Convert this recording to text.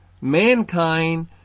mankind